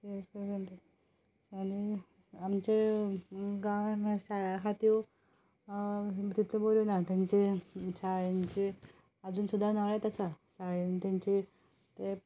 आमच्या गांवांत शाळा आसा त्यो तितल्यो बऱ्यो ना तेंचे शाळेंचे अजून सुद्दां नळेच आसा शाळेंत तेंचे ते